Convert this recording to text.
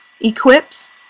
equips